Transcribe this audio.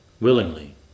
willingly